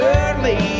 early